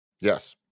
yes